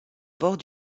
bords